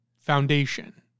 foundation